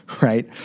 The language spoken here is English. right